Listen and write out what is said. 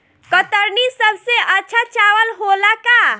कतरनी सबसे अच्छा चावल होला का?